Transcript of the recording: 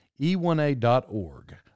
E1A.org